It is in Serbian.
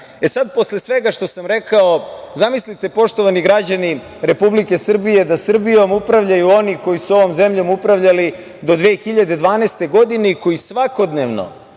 sad, posle svega što sam rekao, zamislite, poštovani građani Republike Srbije da Srbijom upravljaju oni koji su ovom zemljom upravljali do 2012. godine i koji svakodnevno